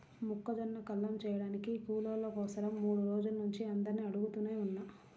మొక్కజొన్న కల్లం చేయడానికి కూలోళ్ళ కోసరం మూడు రోజుల నుంచి అందరినీ అడుగుతనే ఉన్నా